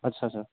अच्छा अच्छा